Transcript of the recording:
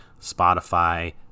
spotify